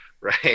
right